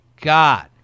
God